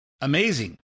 amazing